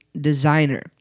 designer